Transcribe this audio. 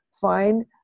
find